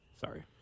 Sorry